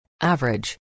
average